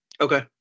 okay